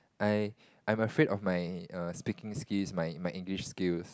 I I'm afraid of my err speaking skills my my English skills